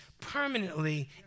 permanently